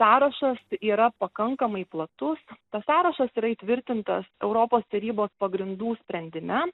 sąrašas yra pakankamai platus tas sąrašas yra įtvirtintas europos tarybos pagrindų sprendime